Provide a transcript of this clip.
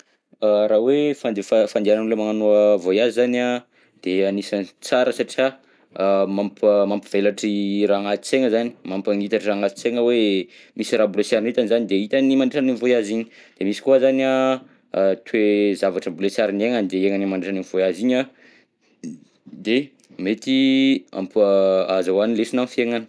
Raha hoe fandefa- fandehagnan'olo magnano voyage zany an, de anisan'ny tsara satria a, mampa- mampivelatry raha agnaty saigna zany, mampagnitatra agnaty saina hoe misy raha mbola sy ary hitany zany de hitany mandritra an'iny voyage iny, de misy koa zany toe-javatra mbola sy ary niainany de iainany nandritra an'igny voyage iny an, de mety ampo- ahazahoany lesona amin'ny fiaignany.